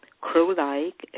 crow-like